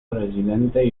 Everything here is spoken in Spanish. presidente